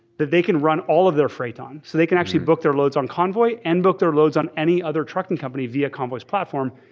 that they can run all of their freight on. so they can actually book their loads on convoy and book their loads on any other trucking company via convoyaeurs platform.